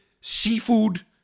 seafood